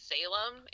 Salem